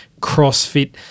crossfit